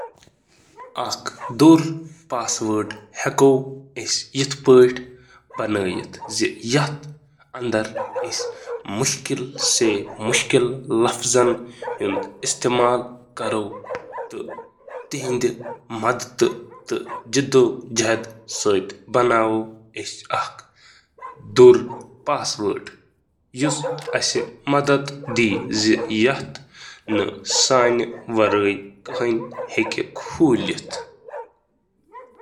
اکھ مضبوط password چُھ کم کھوتہٕ کم شُراہ, حرفن پیٹھ مشتمل آسان تہٕ اتھ منٛز چِھ بالٲئی تہٕ لوئر کیس حرف، نمبر تہٕ علامتہٕ آسان۔